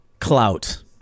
clout